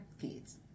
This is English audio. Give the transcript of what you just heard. kids